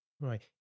Right